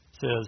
says